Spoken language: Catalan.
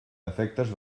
efectes